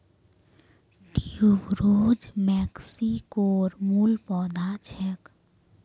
tuberose मेक्सिकोर मूल पौधा छेक